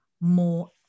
more